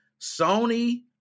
Sony